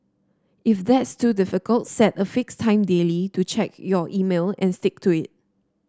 if that's too difficult set a fixed time daily to check your email and stick to it